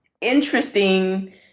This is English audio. interesting